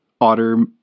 otter-